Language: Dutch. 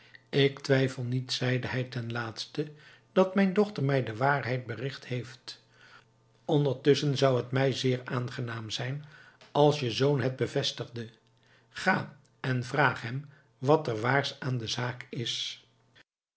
ik twijfel niet zeide hij ten laatste dat mijn dochter mij de waarheid bericht heeft ondertusschen zou het mij zeer aangenaam zijn als je zoon het bevestigde ga en vraag hem wat er waars aan de zaak is